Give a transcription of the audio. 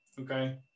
okay